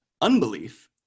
unbelief